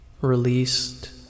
Released